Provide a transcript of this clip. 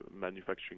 manufacturing